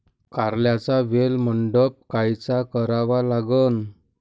कारल्याचा वेल मंडप कायचा करावा लागन?